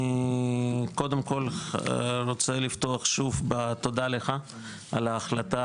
אני קודם כל רוצה לפתוח שוב בתודה לך על ההחלטה